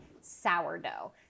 sourdough